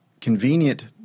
convenient